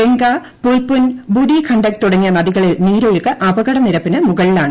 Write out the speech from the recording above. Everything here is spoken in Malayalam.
ഗംഗ പുൽപുൻ ബൂഡി ഗണ്ഡക് തുടങ്ങിയ നദികളിൽ നീരൊഴുക്ക് അപകട നിരപ്പിന് മുകളിലാണ്